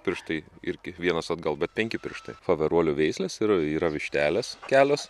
pirštai ir kiekvienas atgal bet penki pirštai faverolių veislės yra yra vištelės kelios